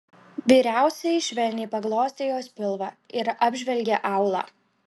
vyriausioji švelniai paglostė jos pilvą ir apžvelgė aulą